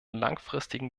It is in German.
langfristigen